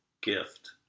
gift